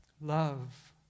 Love